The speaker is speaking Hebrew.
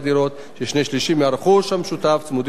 ששני שלישים מהרכוש המשותף צמודים לדירותיהם.